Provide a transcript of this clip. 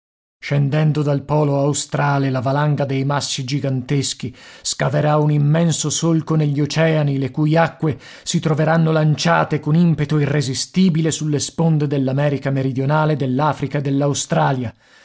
scendendo dal polo australe la valanga dei massi giganteschi scaverà un immenso solco negli oceani le cui acque si troveranno lanciate con impeto irresistibile sulle sponde dell'america meridionale